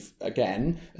again